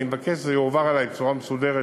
אני רק מבקש שזה יועבר אלי בצורה מסודרת,